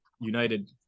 United